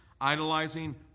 idolizing